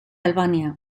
albania